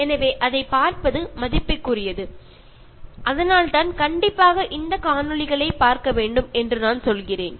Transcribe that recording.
எனவே அதைப் பார்ப்பது மதிப்புக்குரியது அதனால்தான் கண்டிப்பாக இந்தக் காணொளிகளைப் பார்க்க வேண்டும் என்று நான் சொல்கிறேன்